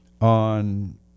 on